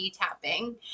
tapping